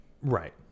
Right